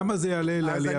למה עלייה בנטל?